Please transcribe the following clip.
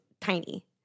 tiny